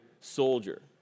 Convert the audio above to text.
Soldier